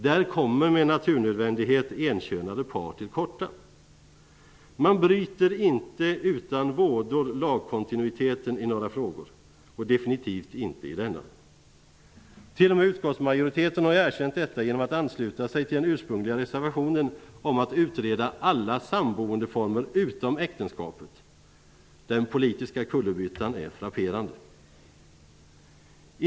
Där kommer med naturnödvändighet enkönade par till korta. Man bryter inte utan vådor lagkontinuiteten i några frågor, och definitivt inte i denna. T.o.m. utskottsmajoriteten har ju erkänt detta genom att ansluta sig till den ursprungliga reservationen om att utreda alla samboendeformer utom äktenskapet. Den politiska kullerbyttan är frapperande.